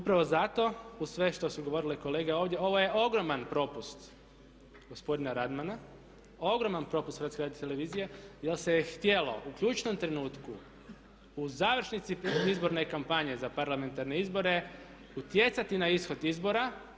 Upravo zato uz sve što su govorile kolege ovdje ovo je ogroman propust gospodina Radmana, ogroman propust HRT-a jer se htjelo u ključnom trenutku u završnici izborne kampanje za parlamentarne izbore utjecati na ishod izbora.